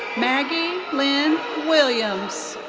maggie lynn williams.